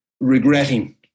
regretting